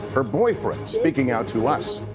her boyfriend speaking out to us.